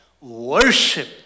worship